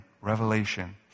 Revelation